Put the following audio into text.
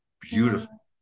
beautiful